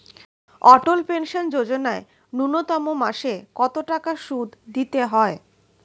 অটল pension Yojana ন্যূনতম মাসে কত টাকা সুধ দিতে হয়?